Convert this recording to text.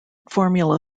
formula